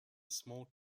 small